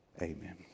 amen